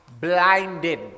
blinded